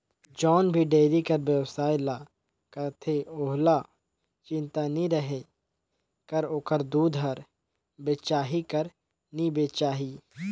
जउन भी डेयरी कर बेवसाय ल करथे ओहला चिंता नी रहें कर ओखर दूद हर बेचाही कर नी बेचाही